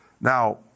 Now